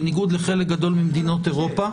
בניגוד לחלק גדול ממדינות אירופה,